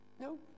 No